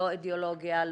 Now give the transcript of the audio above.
לא אידיאולוגיה,